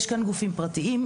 יש כאן גופים פרטיים,